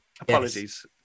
apologies